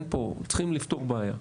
צריכים לפתור בעיה.